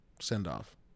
send-off